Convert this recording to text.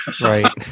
Right